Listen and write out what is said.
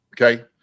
Okay